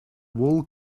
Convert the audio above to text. wool